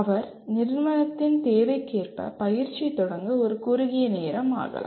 அவர் நிறுவனத்தின் தேவைக்கேற்ப பயிற்சி தொடங்க ஒரு குறுகிய நேரம் ஆகலாம்